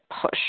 push